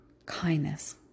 kindness